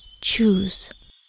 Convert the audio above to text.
choose